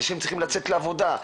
אנשים צריכים לצאת לעבודה,